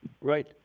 Right